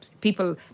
people